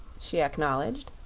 she acknowledged.